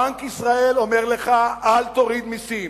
בנק ישראל אומר לך: אל תוריד מסים,